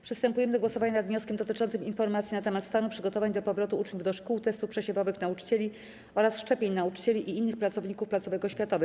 Przystępujemy do głosowania nad wnioskiem dotyczącym informacji na temat stanu przygotowań do powrotu uczniów do szkół, testów przesiewowych nauczycieli oraz szczepień nauczycieli i innych pracowników placówek oświatowych.